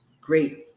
great